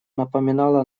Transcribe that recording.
напомнила